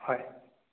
হয়